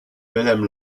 wilhelm